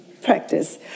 practice